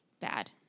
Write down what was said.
bad